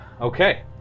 Okay